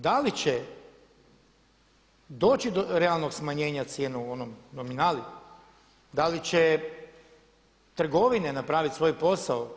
Da li će do realnog smanjenja cijena u onoj nominali, da li će trgovine napraviti svoj posao?